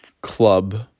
club